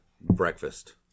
breakfast